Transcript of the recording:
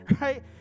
right